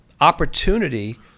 opportunity